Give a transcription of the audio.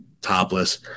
topless